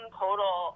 total